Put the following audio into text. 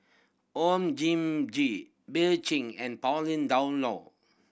Oon Jin Gee Bill Chen and Pauline Dawn Loh